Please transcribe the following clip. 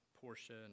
Portia